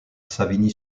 savigny